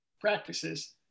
practices